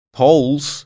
polls